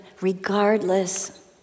regardless